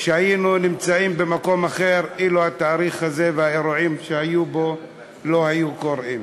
שהיינו נמצאים במקום אחר אילו האירועים שהיו בתאריך הזה לא היו קורים.